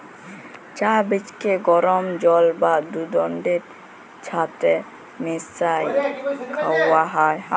চাঁ বীজকে গরম জল বা দুহুদের ছাথে মিশাঁয় খাউয়া হ্যয়